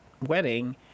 wedding